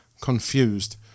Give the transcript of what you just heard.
confused